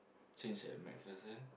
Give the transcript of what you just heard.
change at MacPherson